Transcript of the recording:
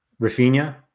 Rafinha